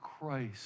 Christ